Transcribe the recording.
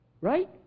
right